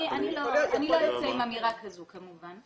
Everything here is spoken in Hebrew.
אני לא אצא עם אמירה כזאת כמובן,